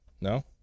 No